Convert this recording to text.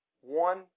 one